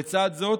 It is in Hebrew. לצד זאת,